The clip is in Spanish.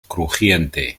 crujiente